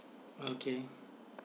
okay